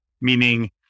meaning